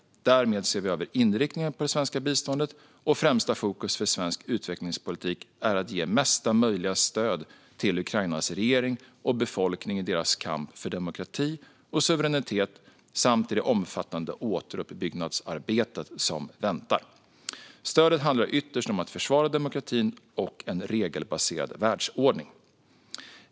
Därmed ser vi över inriktningen på det svenska biståndet, och främsta fokus för svensk utvecklingspolitik är att ge mesta möjliga stöd till Ukrainas regering och befolkning i deras kamp för demokrati och suveränitet samt i det omfattande återuppbyggnadsarbetet som väntar. Stödet handlar ytterst om att försvara demokratin och en regelbaserad världsordning.